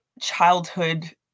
childhood